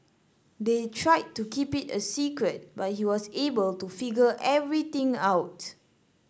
they tried to keep it a secret but he was able to figure everything out